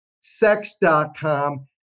sex.com